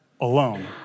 alone